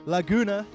Laguna